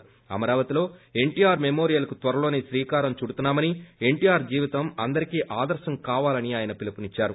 హీఅమరావతిలో NTR memorial కు త్వరలోసే శ్రీకారం చుడుతున్నా మని ఎన్షీఆర్ జీవితం అందరికీ ఆదర్భం కావాలని ఆయన పిలుపునిచ్చారు